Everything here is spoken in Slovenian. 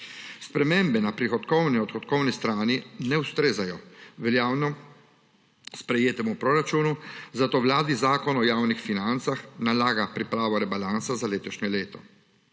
Spremembe na prihodkovni-odhodkovni strani ne ustrezajo veljavno u proračunu, zato vladni Zakon o javnih financah nalaga pripravo rebalansa za letošnje leto.